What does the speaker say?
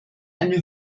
eine